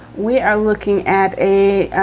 we are looking at a,